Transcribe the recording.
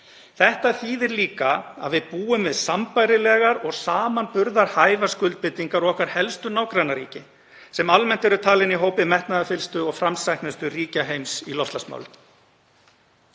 Þetta þýðir líka að við búum við sambærilegar og samanburðarhæfar skuldbindingar og helstu nágrannaríki okkar sem almennt eru talin í hópi metnaðarfyllstu og framsæknustu ríkja heims í loftslagsmálum.